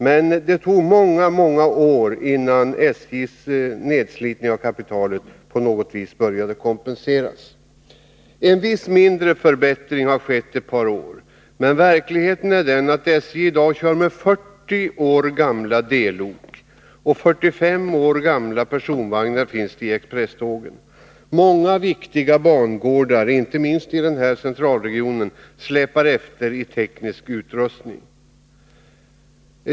Det dröjde väldigt många år innan SJ började få möjligheter att kompensera nedslitningen av sitt kapital. En viss mindre förbättring har dock skett under ett par år. Men verkligheten är den att SJ i dag kör med 40 år gamla D-lok och att expresstågen har 45 år gamla personvagnar. Utvecklingen vid många viktiga bangårdar, inte minst här i centralregionen, släpar dessutom efter i fråga om teknisk utrustning.